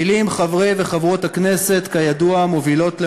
מילים, חברי וחברות הכנסת, כידוע, מובילות למעשים,